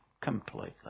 completely